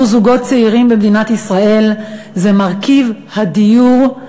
זוגות צעירים במדינת ישראל זה מרכיב הדיור בשכר.